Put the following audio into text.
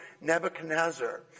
Nebuchadnezzar